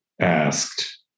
asked